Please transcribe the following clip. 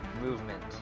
movement